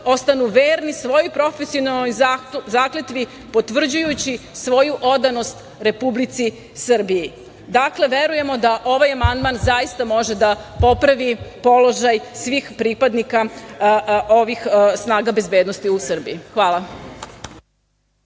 ostanu verni svojoj profesionalnoj zakletvi, potvrđujući svoju odanost Republici Srbiji. Dakle, verujemo da ovaj amandman zaista može da popravi položaj svih pripadnika ovih snaga bezbednosti u Srbiji. Hvala.